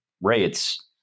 rates